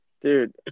dude